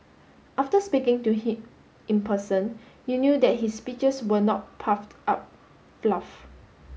after speaking to him in person you knew that his speeches were not puffed up fluff